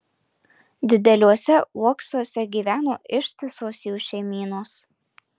dideliuose uoksuose gyveno ištisos jų šeimynos